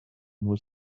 was